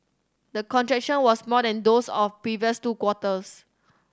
the contraction was small than those of previous two quarters